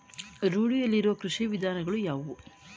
ರೂಢಿಯಲ್ಲಿರುವ ಕೃಷಿ ವಿಧಾನಗಳು ಯಾವುವು?